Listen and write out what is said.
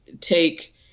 take